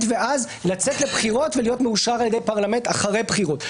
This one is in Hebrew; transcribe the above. ואז לצאת לבחירות ולהיות מאושר על ידי פרלמנט אחרי בחירות.